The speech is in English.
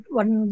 one